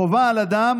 חובה על אדם